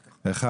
אחד.